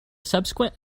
subsequent